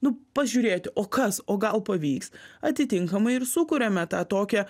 nu pažiūrėti o kas o gal pavyks atitinkamai ir sukuriame tą tokią